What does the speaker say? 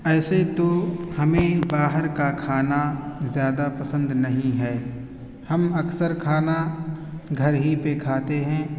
ایسے تو ہمیں باہر کا کھانا زیادہ پسند نہیں ہے ہم اکثر کھانا گھر ہی پہ کھاتے ہیں